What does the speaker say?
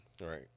Right